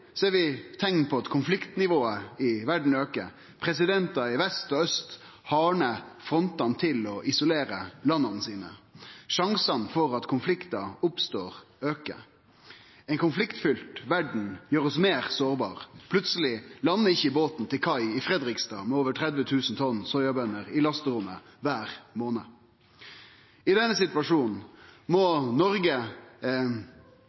så mykje som 40 pst. av all dyrkbar jord globalt anten øydelagd eller vesentleg svekt. Samtidig ser vi teikn på at konfliktnivået i verda aukar. Presidentar i vest og aust hardnar til frontane og isolerer landa sine. Sjansane for at konfliktar oppstår, aukar. Ei konfliktfylt verd gjer oss meir sårbare. Plutseleg legg ikkje båten med over 30 000 tonn soyabønner i lasterommet til kai i Fredrikstad kvar